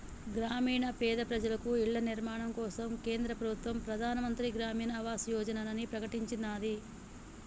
గ్రామీణ పేద ప్రజలకు ఇళ్ల నిర్మాణం కోసం కేంద్ర ప్రభుత్వం ప్రధాన్ మంత్రి గ్రామీన్ ఆవాస్ యోజనని ప్రకటించినాది